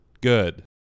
good